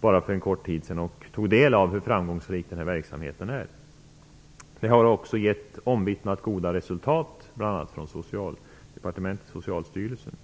för bara en kort tid sedan och tog del av hur framgångsrik denna verksamhet är. Det har också enligt bl.a. Socialdepartementet och Socialstyrelsen gett omvittnat goda resultat.